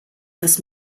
das